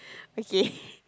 okay